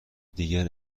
دیگر